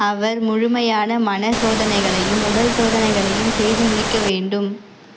அவர் முழுமையான மன சோதனைகளையும் உடல் சோதனைகளையும் செய்து முடிக்க வேண்டும்